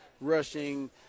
rushing